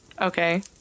okay